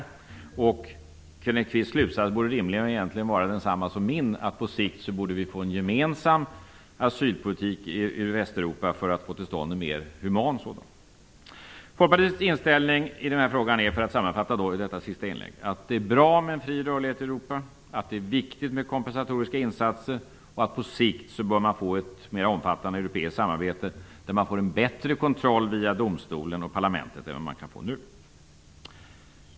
Rimligtvis borde Kenneth Kvists slutsats egentligen vara densamma som min, nämligen att vi på sikt borde få en gemensam asylpolitik i Västeuropa för att få till stånd en mer human sådan. Sammanfattningsvis är Folkpartiets inställning i frågan att det är bra med en fri rörlighet i Europa, att det är viktigt med kompensatoriska insatser och att vi på sikt bör få ett mer omfattande europeiskt samarbete med en bättre kontroll via domstolen och parlamentet än vad man nu kan få.